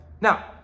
Now